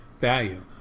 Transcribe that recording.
value